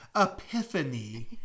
epiphany